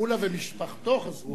מולה ומשפחתו חזרו הביתה.